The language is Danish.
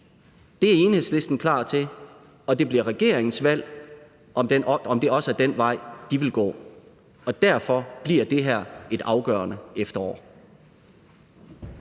Det er Enhedslisten klar til, og det bliver regeringens valg, om det også er den vej, de vil gå, og derfor bliver det her et afgørende efterår.